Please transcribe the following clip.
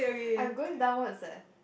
I'm going downwards leh